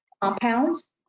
compounds